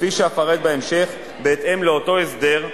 כפי שאפרט בהמשך, בהתאם לאותו הסדר,